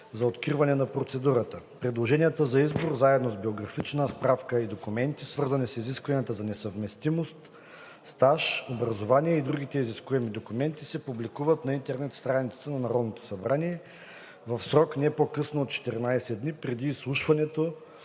за откриване на процедурата. Предложенията за избор заедно с биографична справка и документи, свързани с изискванията за несъвместимост, стаж, образование и другите изискуеми документи, се публикуват на интернет страницата на Народното събрание в срок не по-късно от 14 дни преди изслушването